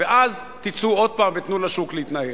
ואז תצאו עוד פעם ותיתנו לשוק להתנהל.